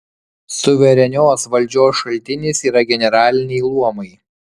suverenios valdžios šaltinis yra generaliniai luomai